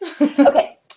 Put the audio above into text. Okay